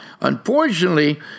Unfortunately